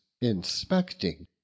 inspecting